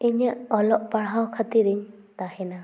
ᱤᱧᱟᱹᱜ ᱚᱞᱚᱜ ᱯᱟᱲᱦᱟᱣ ᱠᱷᱟᱹᱛᱤᱨᱤᱧ ᱛᱟᱦᱮᱱᱟ